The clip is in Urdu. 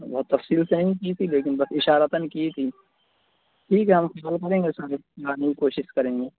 بہت تفصیل سے نہیں کی تھی لیکن بس اشارتاََ کی تھی ٹھیک ہے لانے کی کوشش کریں گے